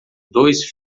dois